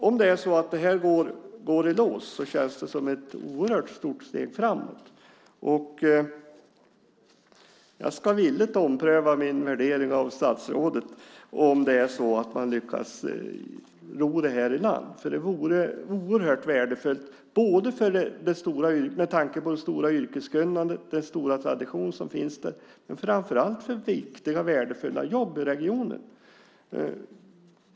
Om det här skulle gå i lås känns det som ett oerhört stort steg framåt. Jag ska villigt ompröva min värdering av statsrådet om man lyckas ro detta i land. Det vore oerhört värdefullt, både med tanke på det stora yrkeskunnande och på den tradition som finns och framför allt för viktiga och värdefulla jobb i regionen.